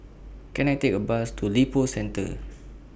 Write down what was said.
Can I Take A Bus to Lippo Centre